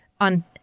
on